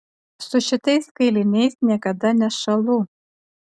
su šitais kailiniais niekada nešąlu